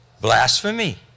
Blasphemy